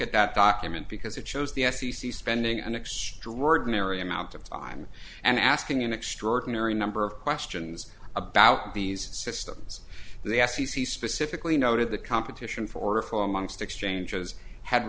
at that document because it shows the f c c spending an extraordinary amount of time and asking an extraordinary number of questions about these systems and the f c c specifically noted the competition for a fall amongst exchanges ha